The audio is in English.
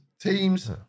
teams